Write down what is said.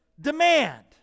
demand